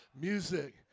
music